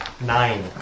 Nine